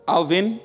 Alvin